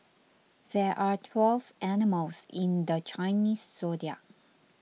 there are twelve animals in the Chinese zodiac